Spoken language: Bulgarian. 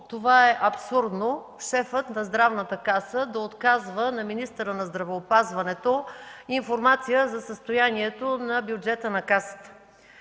това е абсурдно – шефът на Здравната каса да отказва на министъра на здравеопазването информация за състоянието на бюджета на Касата,